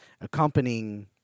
Accompanying